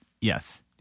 yes